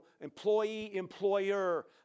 employee-employer